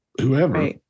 whoever